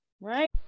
right